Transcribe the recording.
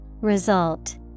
Result